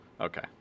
Okay